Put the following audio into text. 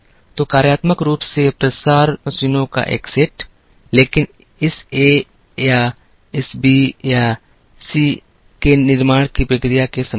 तो कार्यात्मक रूप से प्रसार मशीनों का एक सेट लेकिन इस ए या इस बी या सी सी के निर्माण की प्रक्रिया के संबंध में